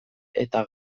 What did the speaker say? eta